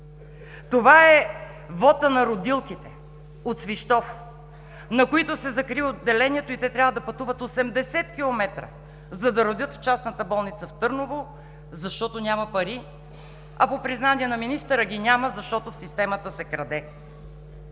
Това е вотът на родилките от Свищов, на които се закри отделението и те трябва да пътуват 80 км, за да родят в частната болница в Търново, защото няма пари, а по признание на министъра ги няма, защото в системата се краде.